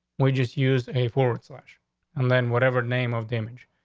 we just use a forward slash and then whatever name of damage,